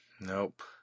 Nope